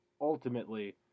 ultimately